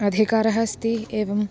अधिकारः अस्ति एवम्